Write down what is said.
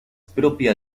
propia